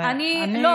אני,